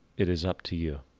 it is up to you.